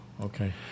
okay